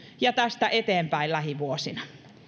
ja tästä eteenpäin lähivuosina